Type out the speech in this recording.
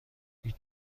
هیچ